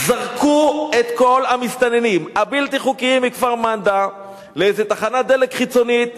זרקו את כל המסתננים הבלתי-חוקיים מכפר-מנדא לאיזו תחנת דלק חיצונית.